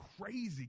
crazy